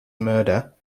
murder